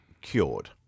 cured